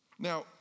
Now